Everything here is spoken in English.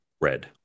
Red